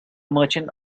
merchant